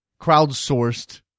crowdsourced